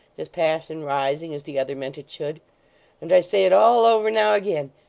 his passion rising, as the other meant it should and i say it all over now, again.